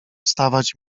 stawać